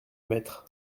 mettre